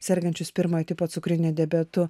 sergančius pirmojo tipo cukriniu diabetu